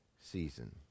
season